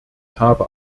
habe